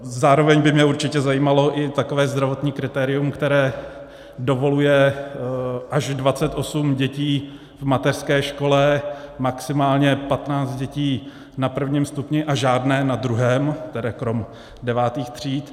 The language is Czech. Zároveň by mě určitě zajímalo i takové zdravotní kritérium, které dovoluje až 28 dětí v mateřské škole, maximálně 15 dětí na prvním stupni a žádné na druhém tedy krom devátých tříd.